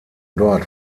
dort